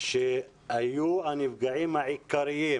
הם היו הנפגעים העיקריים